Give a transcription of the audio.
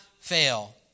fail